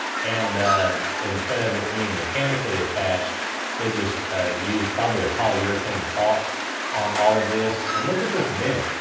and instead of it being mechanically attached they just ah used probably a polyurethane caulk on all of this. and look at this vent,